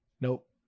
Nope